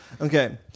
Okay